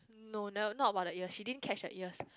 no not not about the ear she didn't catch the ears